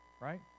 right